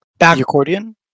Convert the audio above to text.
accordion